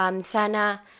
sana